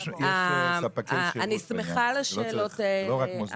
אני שמחה על השאלות האלה.